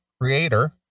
creator